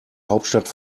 hauptstadt